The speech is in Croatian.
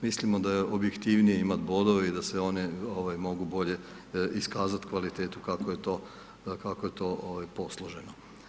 Mislimo da je objektivnije imati bodove i da se one mogu bolje iskazati kvalitetu kako je to posloženo.